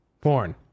Porn